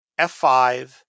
F5